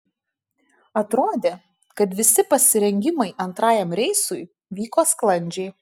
atrodė kad visi pasirengimai antrajam reisui vyko sklandžiai